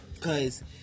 Cause